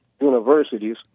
universities